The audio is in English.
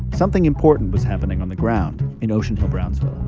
something important was happening on the ground in ocean hill-brownsville.